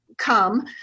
come